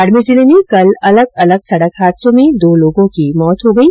बाडमेर जिले में कल अलग अलग सडक हादसों में दो लोगों की मौत हो गई